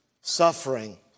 suffering